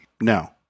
no